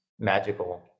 magical